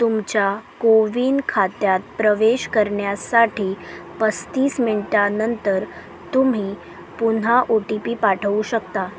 तुमच्या कोविन खात्यात प्रवेश करण्यासाठी पस्तीस मिनटानंतर तुम्ही पुन्हा ओ टी पी पाठवू शकता